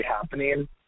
happening